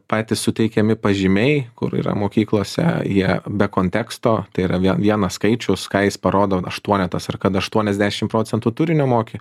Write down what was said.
patys suteikiami pažymiai kur yra mokyklose jie be konteksto tai yra vienas skaičius ką jis parodo aštuonetas ar kad aštuoniasdešim procentų turinio moki